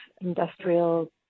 industrial